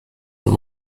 und